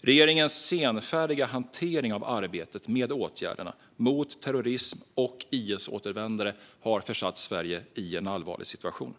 Regeringens senfärdiga hantering av arbetet med åtgärderna mot terrorism och IS-återvändare har försatt Sverige i en allvarlig situation.